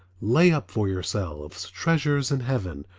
lay up for yourselves treasures in heaven,